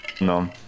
No